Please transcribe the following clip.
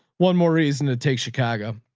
one more reason to take chicago.